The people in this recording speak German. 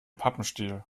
pappenstiel